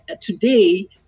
today